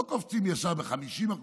לא קופצים ישר ב-50%.